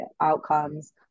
outcomes